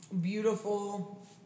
Beautiful